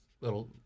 Little